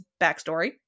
backstory